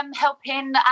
helping